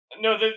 No